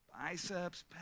Biceps